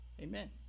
Amen